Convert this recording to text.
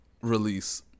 release